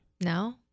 No